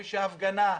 חופש ההפגנה.